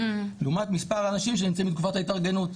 לעומת מספר האנשים שנמצאים בתקופת ההתארגנות.